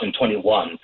2021